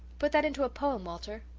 put that into a poem, walter,